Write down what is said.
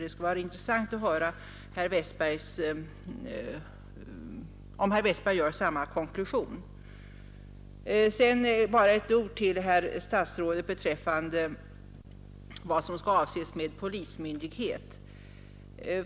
Det skulle vara intressant att höra, om herr Westberg gör samma konklusion. Sedan bara ett ord till herr statsrådet beträffande vad som skall avses med polismyndighet.